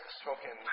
spoken